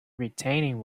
retaining